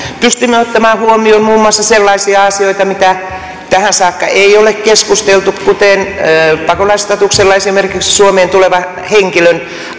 pystyimme ottamaan huomioon muun muassa sellaisia asioita mistä tähän saakka ei ole keskusteltu kuten esimerkiksi pakolais statuksella suomeen tulevan henkilön